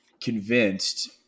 convinced